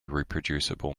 reproducible